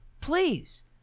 Please